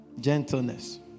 gentleness